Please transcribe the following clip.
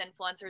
influencers